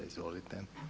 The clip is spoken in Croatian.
Izvolite.